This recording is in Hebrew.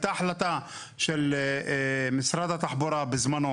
הייתה החלטה של משרד התחבורה בזמנו,